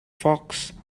fox